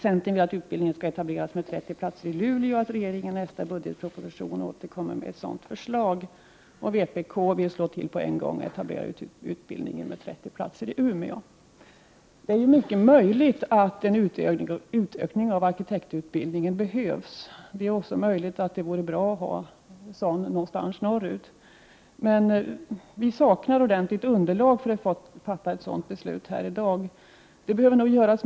Centern vill att utbildningen skall etableras med 30 platser i Luleå och att regeringen i nästa budgetproposition skall återkomma med ett sådant förslag. Vpk vill slå till på en gång och etablera arkitektutbildning med 30 platser i Umeå. Det är mycket möjligt att en utökning av arkitektutbildningen behövs. Det är också möjligt att det vore bra att ha en sådan utbildning placerad någonstans norröver, men vi saknar ordentligt underlag för att fatta ett sådant beslut här i dag.